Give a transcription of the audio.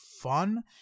fun